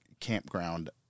campground